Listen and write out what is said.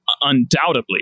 undoubtedly